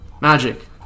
Magic